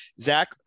Zach